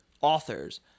authors